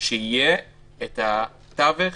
שיהיה את התווך